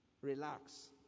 relax